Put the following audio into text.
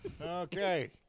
Okay